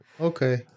Okay